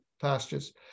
pastures